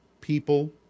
people